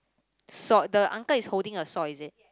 saw the uncle is holding a saw is it